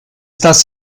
das